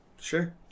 Sure